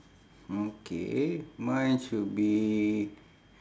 okay mine should be